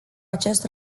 acest